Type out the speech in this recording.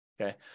Okay